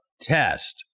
test